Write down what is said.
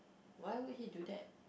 why would he do that